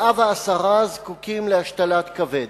110 זקוקים להשתלת כבד.